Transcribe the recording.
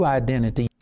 identity